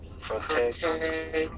Protect